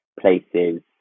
places